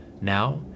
Now